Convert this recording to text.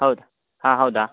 ಹೌದಾ ಹಾಂ ಹೌದಾ